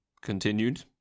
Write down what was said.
continued